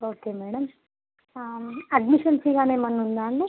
okay madam admission fee అని ఏమైనా ఉందా అండి